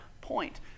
point